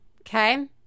okay